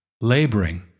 laboring